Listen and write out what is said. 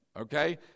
Okay